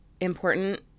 important